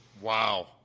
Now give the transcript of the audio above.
Wow